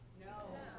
No